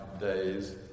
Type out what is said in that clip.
days